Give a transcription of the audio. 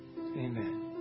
Amen